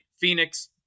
Phoenix